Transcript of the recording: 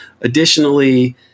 Additionally